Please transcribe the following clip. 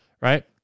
right